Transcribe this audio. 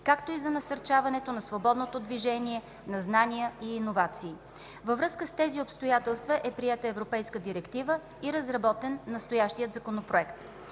както и за насърчаването на свободното движение на знания и иновации. Във връзка с тези обстоятелства е приета европейската директива и разработен настоящият законопроект.